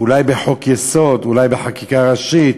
אולי בחוק-יסוד, אולי בחקיקה ראשית,